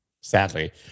Sadly